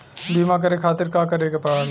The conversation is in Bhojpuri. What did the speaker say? बीमा करे खातिर का करे के पड़ेला?